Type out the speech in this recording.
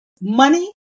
money